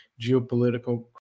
geopolitical